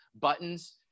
buttons